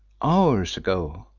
hours ago.